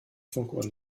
funkuhr